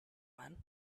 when